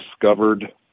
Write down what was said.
discovered